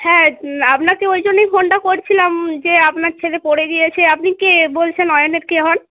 হ্যাঁ আপনাকে ওই জন্যই ফোনটা করছিলাম যে আপনার ছেলে পড়ে গিয়েছে আপনি কে বলছেন অয়নের কে হন